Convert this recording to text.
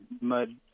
mud